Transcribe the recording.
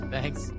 Thanks